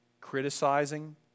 criticizing